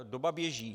Doba běží.